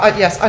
ah yes, and